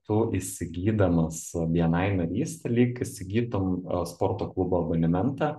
tu įsigydamas bni narystę lyg įsigytum sporto klubo abonementą